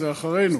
זה מאחורינו.